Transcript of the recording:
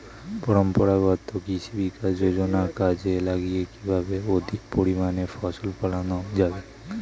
পরম্পরাগত কৃষি বিকাশ যোজনা কাজে লাগিয়ে কিভাবে অধিক পরিমাণে ফসল ফলানো যাবে?